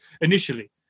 initially